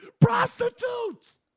Prostitutes